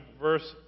verse